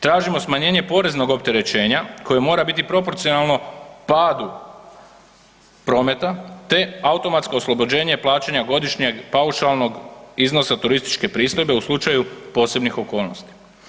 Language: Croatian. Tražimo smanjenje poreznog opterećenja koji mora biti proporcionalno padu prometa te automatsko oslobođenje plaćanja godišnjeg paušalnog iznosa turističke pristojbe u slučaju posebnih okolnosti.